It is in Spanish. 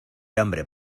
hambre